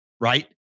right